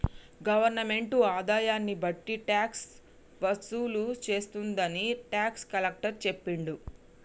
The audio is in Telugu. గవర్నమెంటు ఆదాయాన్ని బట్టి ట్యాక్స్ వసూలు చేస్తుందని టాక్స్ కలెక్టర్ చెప్పిండు